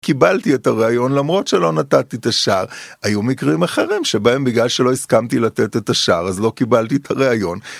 קיבלתי את הראיון למרות שלא נתתי את השער, היו מקרים אחרים שבהם בגלל שלא הסכמתי לתת את השער אז לא קיבלתי את הראיון